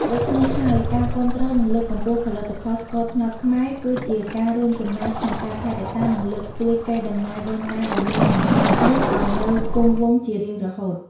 ដូច្នេះហើយ ការគាំទ្រនិងលើកកម្ពស់ផលិតផលស្ករត្នោតខ្មែរ គឺជាការរួមចំណែកក្នុងការថែរក្សានិងលើកស្ទួយកេរ្តិ៍ដំណែលដូនតាដ៏មានតម្លៃនេះឲ្យនៅគង់វង្សជារៀងរហូត។